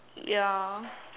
ya